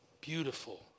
beautiful